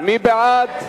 מי בעד?